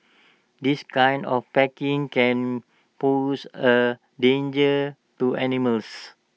this kind of packing can pose A danger to animals